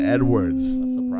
Edwards